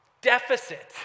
Deficit